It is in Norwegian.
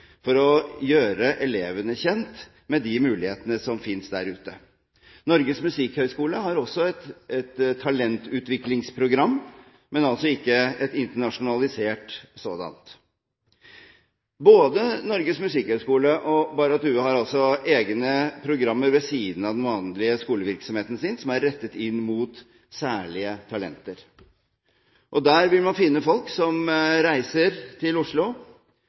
for å gjøre elevene kjent med de mulighetene som finnes der ute. Norges musikkhøgskole har også et talentutviklingsprogram, men ikke et internasjonalisert sådant. Både Norges musikkhøgskole og Barrat Due har egne programmer ved siden av den vanlige skolevirksomheten sin som er rettet inn mot særlige talenter. Der vil man finne folk som reiser til Oslo